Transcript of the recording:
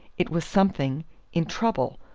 it was something in trouble.